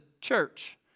church